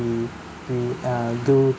we we uh go